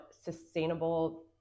sustainable